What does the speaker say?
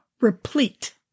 replete